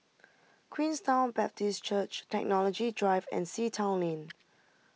Queenstown Baptist Church Technology Drive and Sea Town Lane